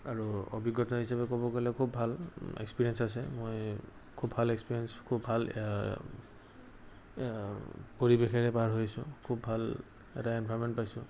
আৰু অভিজ্ঞতা হিচাপে ক'ব গ'লে খুব ভাল এক্সপিৰিয়েঞ্চ আছে মই খুব ভাল এক্সপিৰিয়েঞ্চ খুব ভাল পৰিৱেশেৰে পাৰ হৈছোঁ খুব ভাল এটা এনভাইৰনমেণ্ট পাইছোঁ